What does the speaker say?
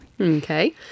Okay